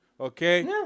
Okay